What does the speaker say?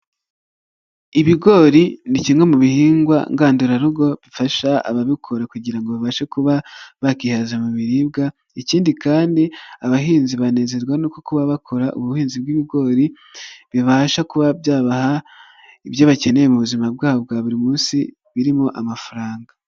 Ibigori ni kimwe mu bihingwa ngandurarugo bifasha ababikora kugira babashe kuba bakihaza mu biribwa, ikindi kandi abahinzi banezerwa no kuba bakora ubuhinzi bw'ibigori bibasha kuba byabaha ibyo bakeneye mu buzima bwabo bwa buri munsi birimo amafaranga.